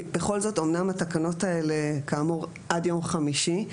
בכל זאת אומנם התקנות האלה כאמור עד יום חמישי,